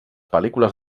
pel·lícules